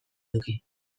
eduki